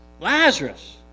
Lazarus